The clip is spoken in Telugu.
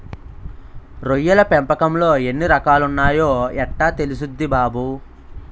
రొయ్యల పెంపకంలో ఎన్ని రకాలున్నాయో యెట్టా తెల్సుద్ది బాబూ?